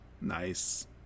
nice